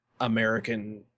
American